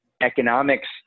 economics